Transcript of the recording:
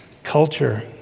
culture